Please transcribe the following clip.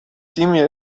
timmy